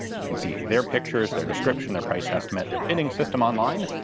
you can see their pictures, their description, their price estimate, their bidding system on-line,